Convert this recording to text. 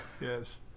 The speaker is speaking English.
Yes